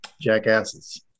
Jackasses